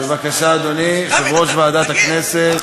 בבקשה, אדוני, יושב-ראש ועדת הכנסת.